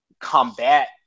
combat